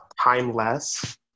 timeless